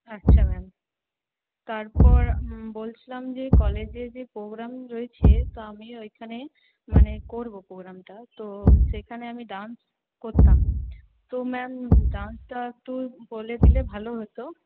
আচ্ছা ম্যাম তারপর বলছিলাম যে কলেজে যে প্রোগ্রাম রয়েছে তা আমি ওইখানে মানে করব প্রোগ্রামটা তো সেখানে আমি ডান্স করতাম তো ম্যাম ডান্সটা তো বলে দিলে ভালো হত